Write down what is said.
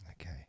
okay